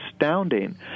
astounding